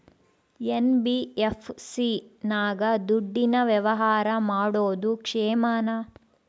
NBFC ನಾಗ ದುಡ್ಡಿನ ವ್ಯವಹಾರ ಮಾಡೋದು ಕ್ಷೇಮಾನ?